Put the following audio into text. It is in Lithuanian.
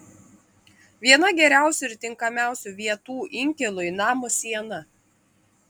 viena geriausių ir tinkamiausių vietų inkilui namo siena